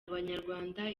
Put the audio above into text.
abanyarwanda